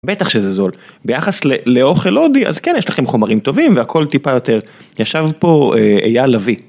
בטח שזה זול ביחס לאוכל הודי אז כן יש לכם חומרים טובים הכל טיפה יותר ישב פה אייל לוי.